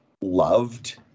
loved